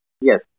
Yes